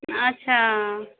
अच्छा